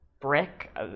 brick